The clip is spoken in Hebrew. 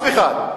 אף אחד.